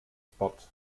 spot